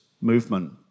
movement